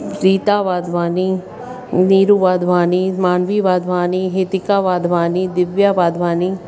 Rita Wadhwani Neeru Wadhwani Manvi Wadhwani Hitika Wadhwani Divya Wadhwani